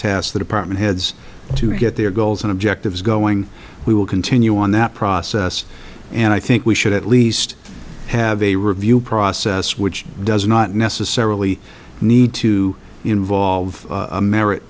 the department heads to get their goals and objectives going we will continue on that process and i think we should at least have a review process which does not necessarily need to involve a merit